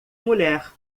mulher